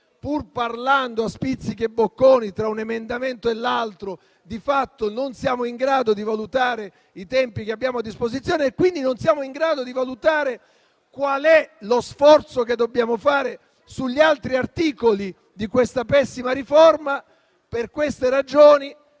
pur parlando a spizzichi e bocconi, tra un emendamento e l'altro, di fatto non siamo in grado di valutare i tempi che abbiamo a disposizione e quindi quale sforzo dobbiamo fare sugli altri articoli di questa pessima riforma. Per queste ragioni,